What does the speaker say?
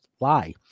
lie